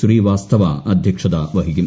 ശ്രീവാസ്തവ അദ്ധ്യക്ഷത വഹിക്കും